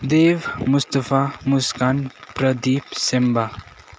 Dev Mustafa Muskan Pradeep Semba